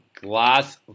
Glass